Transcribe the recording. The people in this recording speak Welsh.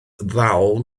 ddal